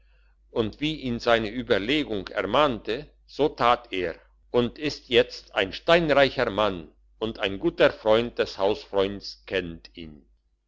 und wie ihn seine überlegung ermahnte so tat er und ist jetzt ein steinreicher mann und ein guter freund des hausfreunds kennt ihn